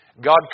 God